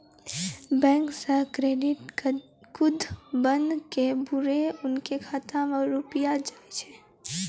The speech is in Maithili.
बैंक से क्रेडिट कद्दू बन के बुरे उनके खाता मे रुपिया जाएब?